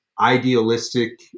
idealistic